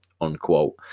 unquote